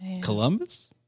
Columbus